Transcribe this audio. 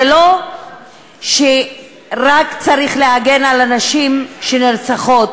זה לא שרק צריך להגן על הנשים שנרצחות,